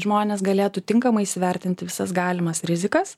žmonės galėtų tinkamai įsivertinti visas galimas rizikas